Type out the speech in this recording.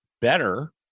better